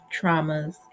traumas